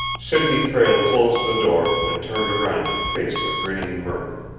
sidney prale closed the door and turned around to face a grinning murk.